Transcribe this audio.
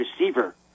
receiver